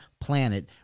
planet